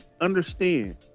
Understand